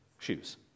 shoes